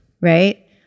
right